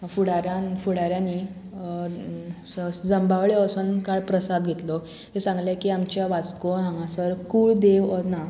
फुडारान फुडाऱ्यांनी जंबावळे वोसोन कांय प्रसाद घेतलो तें सांगलें की आमच्या वास्को हांगासर कूळ देव असो ना